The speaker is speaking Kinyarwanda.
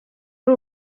ari